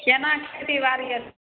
केना खेती बाड़ी